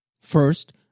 First